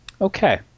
okay